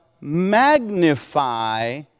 magnify